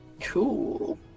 Cool